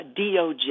DOJ